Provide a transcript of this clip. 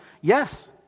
Yes